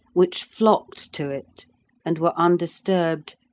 which flocked to it and were undisturbed,